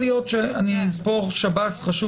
שב"ס, חשוב